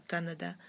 Canada